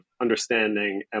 understanding